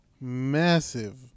massive